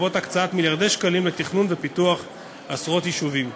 לרבות הקצאת מיליארדי שקלים לתכנון ופיתוח עשרות יישובים.